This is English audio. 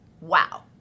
wow